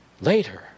later